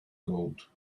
gold